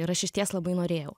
ir aš išties labai norėjau